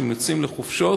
כשהם יוצאים לחופשות,